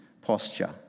posture